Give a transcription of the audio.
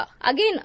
again